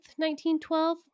1912